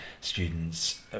students